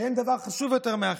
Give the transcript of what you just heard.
שאין דבר חשוב יותר מהחינוך.